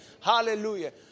Hallelujah